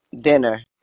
dinner